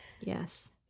Yes